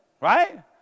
Right